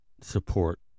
support